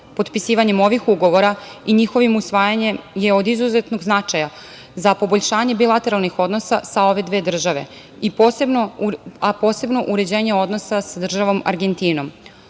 Potpisivanjem ovih ugovora i njihovim usvajanjem je od izuzetnog značaja, za poboljšanje bilateralnih odnosa sa ove dve države, a posebno uređenje odnosa sa državom Argentinom. Ovi